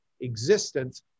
existence